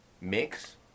mix